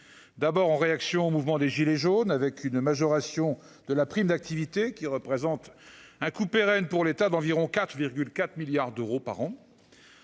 d'abord en réaction au mouvement des Gilets jaunes avec une majoration de la prime d'activité qui représente un coût pérenne pour l'état d'environ 4 4 milliards d'euros par an